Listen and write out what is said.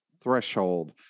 threshold